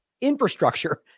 infrastructure